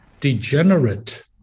degenerate